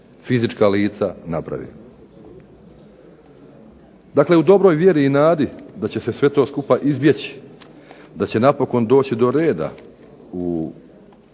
fizička lica napravili. Dakle, u dobroj vjeri i nadi da će se sve to skupa izbjeći da će napokon doći do reda, u